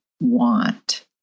want